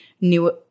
new